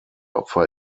opfer